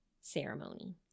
ceremony